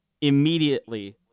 immediately